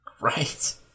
Right